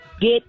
get